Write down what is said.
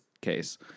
case